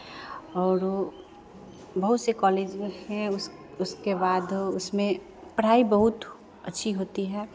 और वो बहुत से कॉलेज में हैं उसके बाद उसमें पढ़ाई बहुत अच्छी होती है